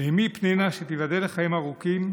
לאימי פנינה, שתיבדל לחיים ארוכים,